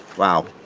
wow